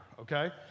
okay